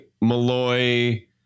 malloy